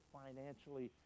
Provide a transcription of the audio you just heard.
financially